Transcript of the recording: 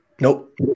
Nope